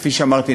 כפי שאמרתי,